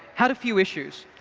had a few issues.